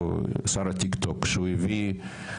2. מי נגד?